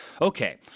Okay